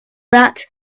that